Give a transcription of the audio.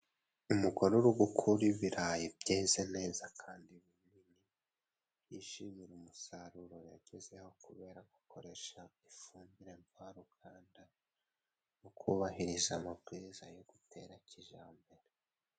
Umugore uri gukuri birarayi byeze neza kandi yishimira umusaruro yagezeho kubera gukoresha ifumbire mvaruganda no kubahiriza amabwiriza yo gutera kijambombere.